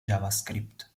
javascript